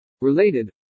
related